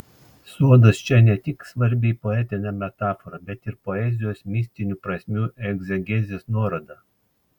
sodas čia ne tik svarbi poetinė metafora bet ir poezijos mistinių prasmių egzegezės nuoroda